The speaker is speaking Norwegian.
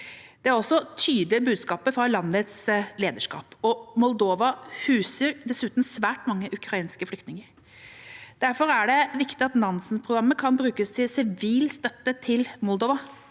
det var også det tydelige budskapet fra landets lederskap. Moldova huser dessuten svært mange ukrainske flyktninger. Derfor er det viktig at Nansen-programmet kan brukes til sivil støtte til Moldova.